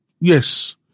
Yes